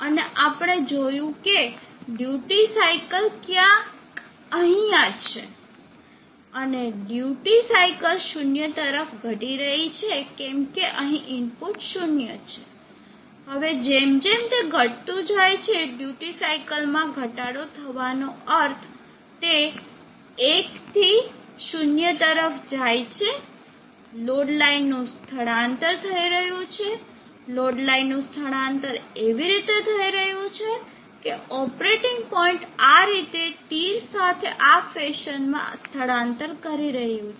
અને આપણે જોયું કે ડ્યુટી સાઇકલ ક્યાંક અહીંયા છે અને ડ્યુટી સાઇકલ 0 તરફ ઘટી રહી છે કેમ કે અહીંઇનપુટ શૂન્ય છે હવે જેમ જેમ તે ઘટતું જાય છે ડ્યુટી સાઇકલ માં ઘટાડો થવાનો અર્થ તે 1 થી 0 તરફ જાય છે લોડ લાઈન નું સ્થળાંતર થઇ રહ્યું છે લોડ લાઈન નું સ્થળાંતર એવી રીતે થઈ રહ્યું છે કે ઓપરેટીંગ પોઇન્ટ આ રીતે તીર સાથે આ ફેશનમાં સ્થળાંતર કરી રહ્યું છે